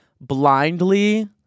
blindly